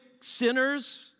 sinners